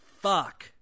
fuck